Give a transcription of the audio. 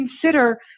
consider